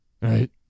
right